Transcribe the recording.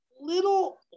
little